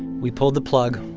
we pulled the plug,